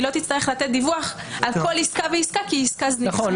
היא לא תצטרך לתת דיווח על כל עסקה ועסקה כי היא עסקה זניחה.